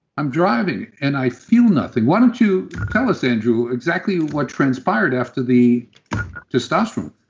i'm driving and i feel nothing why don't you tell us andrew exactly what transpired after the testosterone?